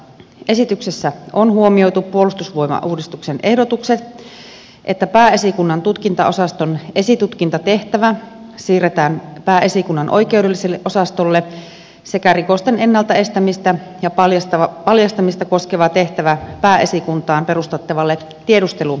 esityksessä on huomioitu puolustusvoimauudistuksen ehdotukset että pääesikunnan tutkintaosaston esitutkintatehtävä siirretään pääesikunnan oikeudelliselle osastolle sekä rikosten ennalta estämistä ja paljastamista koskeva tehtävä pääesikuntaan perustettavalle tiedusteluosastolle